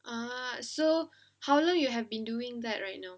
ah so how long you have been doing that right now